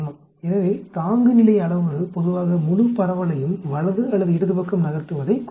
எனவே தாங்குநிலை அளவுரு பொதுவாக முழு பரவலையும் வலது அல்லது இடது பக்கம் நகர்த்துவதைக் குறிக்கிறது